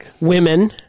women